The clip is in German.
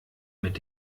mit